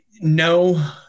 No